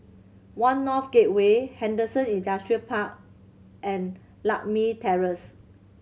One North Gateway Henderson Industrial Park and Lakme Terrace